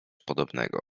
podobnego